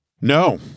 No